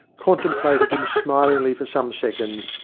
contem plated him smilingly for some seconds,